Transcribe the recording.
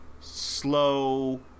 slow